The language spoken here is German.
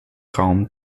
raum